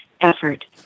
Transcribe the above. effort